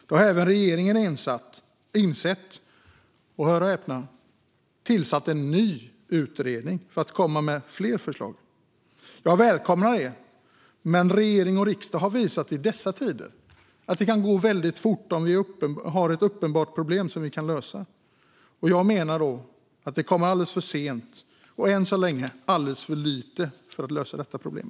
Det har även regeringen insett och - hör och häpna - tillsatt en ny utredning för att komma med fler förslag. Jag välkomnar det, men regering och riksdag har i dessa tider visat att det kan gå väldigt fort om vi har ett uppenbart problem som vi kan lösa. Jag menar att det här kommer alldeles för sent och än så länge är alldeles för lite för att lösa detta problem.